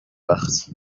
وقت